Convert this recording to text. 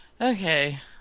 Okay